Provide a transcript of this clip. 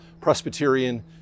Presbyterian